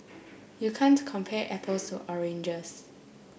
you can't compare apples or oranges